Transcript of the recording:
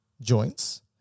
joints